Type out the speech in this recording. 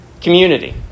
community